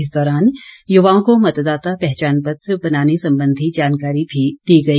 इस दौरान युवाओं को मतदाता पहचान पत्र बनाने संबंधी जानकारी भी दी गई